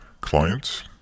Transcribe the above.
clients